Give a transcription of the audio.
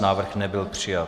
Návrh nebyl přijat.